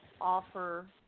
offer